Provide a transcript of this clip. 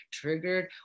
triggered